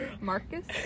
Marcus